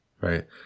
right